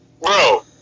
bro